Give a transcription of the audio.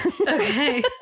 Okay